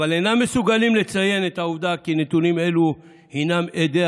אבל אינם מסוגלים לציין את העובדה כי נתונים אלו הינם אדי